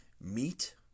Meat